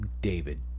David